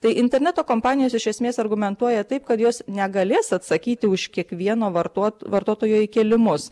tai interneto kompanijos iš esmės argumentuoja taip kad jos negalės atsakyti už kiekvieno vartot vartotojo įkėlimus